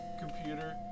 computer